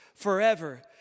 forever